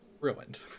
ruined